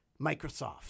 Microsoft